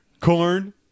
corn